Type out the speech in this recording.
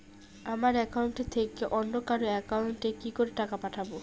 আমার একাউন্ট থেকে অন্য কারো একাউন্ট এ কি করে টাকা পাঠাবো?